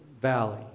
valley